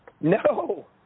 No